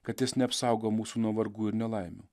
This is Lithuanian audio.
kad jis neapsaugo mūsų nuo vargų ir nelaimių